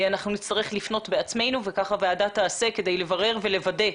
נצטרך לפנות מטעם הוועדה כדי לברר ולוודא.